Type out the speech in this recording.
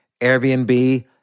Airbnb